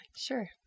Sure